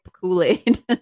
kool-aid